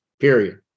period